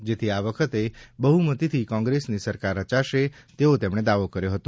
જેથી આ વખતે બહ્ મતીથી કોંગ્રેસની સરકાર રચાશે તેવો તેમણે દાવો કર્યો હતો